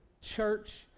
church